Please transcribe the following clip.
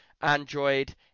Android